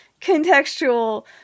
contextual